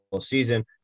season